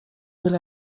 will